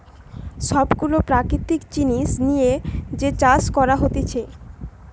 সব গুলা প্রাকৃতিক জিনিস লিয়ে যে চাষ করা হতিছে